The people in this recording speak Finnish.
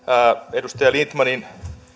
edustaja lindtmanin